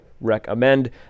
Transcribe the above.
recommend